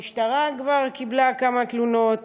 המשטרה כבר קיבלה כמה תלונות,